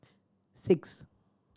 six